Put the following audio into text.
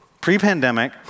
Pre-pandemic